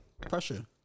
pressure